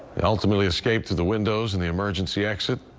the ultimately escaped to the windows in the emergency exit.